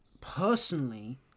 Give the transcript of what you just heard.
Personally